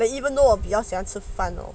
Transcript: like even though 我比较喜欢吃饭